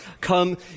come